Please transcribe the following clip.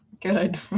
Good